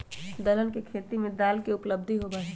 दलहन के खेती से दाल के उपलब्धि होबा हई